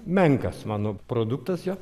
menkas mano produktas jo